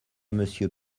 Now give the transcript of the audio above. monsieur